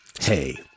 hey